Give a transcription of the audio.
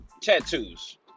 Tattoos